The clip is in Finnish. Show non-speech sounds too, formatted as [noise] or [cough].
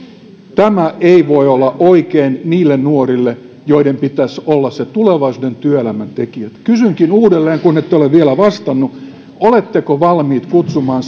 tämä ei voi olla oikein nuorille joiden pitäisi olla tulevaisuuden työelämän tekijöitä kysynkin uudelleen kun ette ole vielä vastannut oletteko valmis kutsumaan [unintelligible]